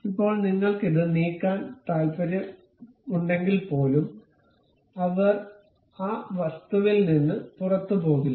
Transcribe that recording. ഇപ്പോൾ നിങ്ങൾക്കിത് നീക്കാൻ താൽപ്പര്യമുണ്ടെങ്കിൽപ്പോലും അവർ ആ വസ്തുവിൽ നിന്ന് പുറത്തുപോകില്ല